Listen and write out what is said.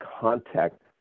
context